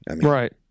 Right